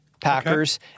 Packers